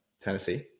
Tennessee